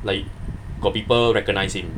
like they got people recognise him